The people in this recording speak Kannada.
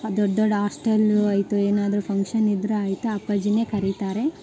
ದೊಡ್ಡ ದೊಡ್ಡ ಆಸ್ಟೆಲ್ಲು ಆಯಿತು ಏನಾದರೂ ಫಂಕ್ಷನ್ ಇದ್ರಾಯ್ತು ಅಪ್ಪಾಜಿನೇ ಕರೀತಾರೆ